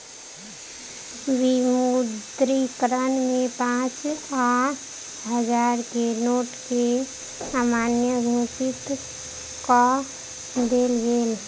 विमुद्रीकरण में पाँच आ हजार के नोट के अमान्य घोषित कअ देल गेल